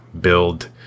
build